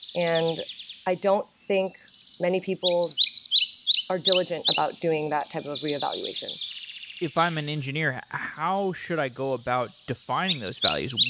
and i don't think many people are diligent about doing that type of reevaluation if i'm an engineer, how should i go about defining those values?